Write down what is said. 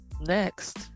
Next